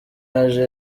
yaje